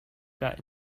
got